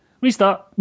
Restart